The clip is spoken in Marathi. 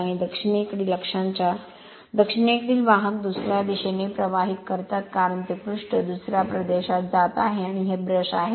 आणि दक्षिणेकडील अक्षांच्या दक्षिणेकडील वाहक दुसर्या दिशेने प्रवाहित करतात कारण ते पृष्ठ दुसर्या प्रदेशात जात आहे आणि हे ब्रश आहे